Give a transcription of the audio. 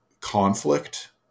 conflict